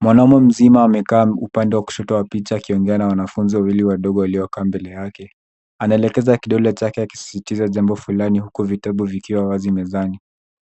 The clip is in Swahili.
Mwanaume mzima amekaa upande wa kushoto wa picha akiongea na wanafunzi wawili wadogo waliokaa mbele yake. Anaelekeza kidole chake akisisitiza jambo flani huku vitabu vikiwa wazi mezani.